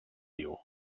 diu